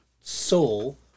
soul